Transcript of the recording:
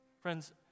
Friends